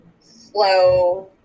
slow